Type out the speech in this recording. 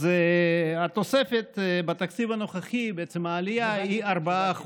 אז התוספת בתקציב הנוכחי, בעצם העלייה, היא 4%,